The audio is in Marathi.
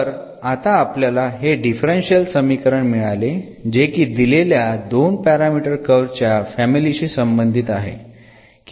तर आता आपल्याला हे डिफरन्शियल समीकरण मिळाले जे की दिलेल्या 2 पॅरामीटर कर्व च्या फॅमिली शी संबंधित आहे